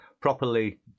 properly